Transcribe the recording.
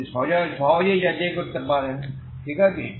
আপনি সহজেই যাচাই করতে পারেন ঠিক আছে